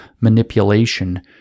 manipulation